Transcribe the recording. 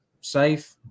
safe